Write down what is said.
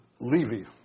Levy